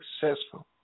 successful